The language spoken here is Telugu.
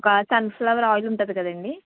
ఇంకా సన్ ఫ్లవర్ ఆయిల్ ఉంటుంది కదండీ